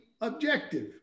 objective